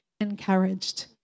encouraged